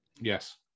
Yes